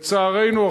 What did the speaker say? לצערנו,